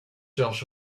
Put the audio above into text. zelfs